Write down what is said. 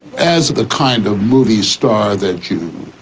as the kind of movie star that you are,